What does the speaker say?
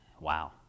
Wow